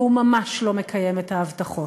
והוא ממש לא מקיים את ההבטחות.